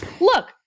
look